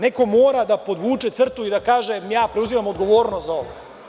Neko mora da podvuče crtu i da kaže – ja preuzimam odgovornost za ovo.